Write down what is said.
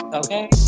okay